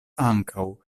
ankaŭ